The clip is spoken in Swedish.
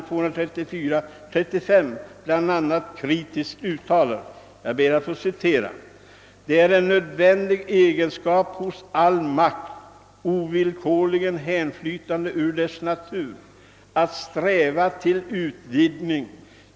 234—235 bl a. kritiskt uttalar: »Det är en nödvändig egenskap nos all Magt, ovilkorligen härflytande ur dess natur, att sträfwa till utvidgning.